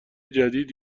جدید